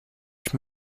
ich